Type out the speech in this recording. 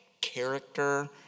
character